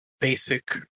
basic